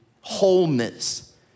wholeness